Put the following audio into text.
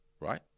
Right